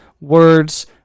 words